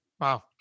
Wow